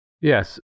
Yes